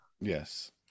Yes